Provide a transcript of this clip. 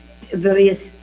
various